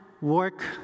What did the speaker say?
work